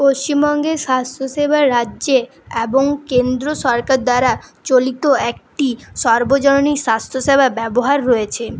পশ্চিমবঙ্গে স্বাস্থ্যসেবা রাজ্যে এবং কেন্দ্র সরকার দ্বারা চালিত একটি সর্বজনীন স্বাস্থ্যসেবা ব্যবহার রয়েছে